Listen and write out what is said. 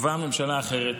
ובאה ממשלה אחרת.